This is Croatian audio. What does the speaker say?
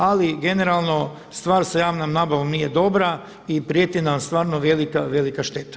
Ali generalno stvar sa javnom nabavom nije dobra i prijeti nam stvarno velika, velika šteta.